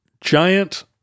giant